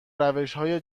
روشهای